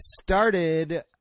started